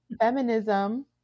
Feminism